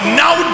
now